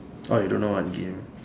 orh you don't know what game